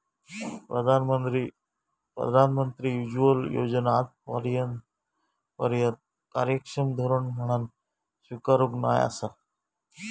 प्रधानमंत्री उज्ज्वला योजना आजूनपर्यात कार्यक्षम धोरण म्हणान स्वीकारूक नाय आसा